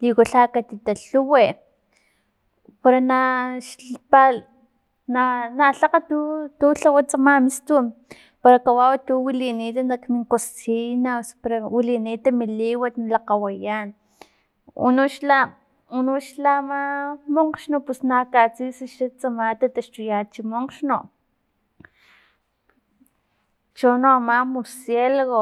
liwaka lha katitalhuwi para na xla pa na- natlaka tu lhawa tsama mistun pero kawau tu wilinit nak min cosine, osu para wilinit mi liwat na lakgawayan unoxla unoxla ama mokgxno pus na katsis xla tsama ta taxtuyach monkgxno, chono ama murcielago.